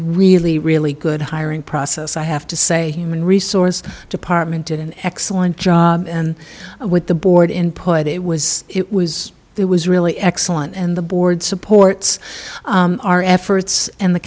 really really good hiring process i have to say i mean resource department did an excellent job and with the board in put it was it was it was really excellent and the board supports our efforts and the